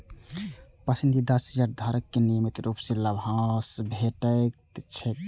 पसंदीदा शेयरधारक कें नियमित रूप सं लाभांश भेटैत छैक